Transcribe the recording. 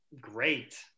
great